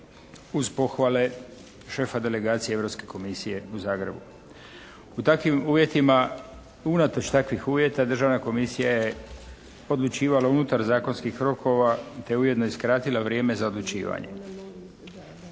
uz pohvale šefa delegacije Europske komisije u Zagrebu. U takvim uvjetima, unatoč takvih uvjeta Državna komisija je odlučivala unutar zakonskih rokova te ujedno i skratila vrijeme za odlučivanje,